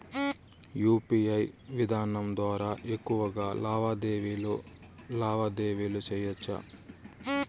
UPI విధానం ద్వారా ఎక్కువగా లావాదేవీలు లావాదేవీలు సేయొచ్చా?